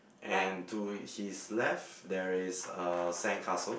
and to his left there is a sandcastle